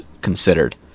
considered